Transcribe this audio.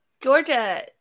Georgia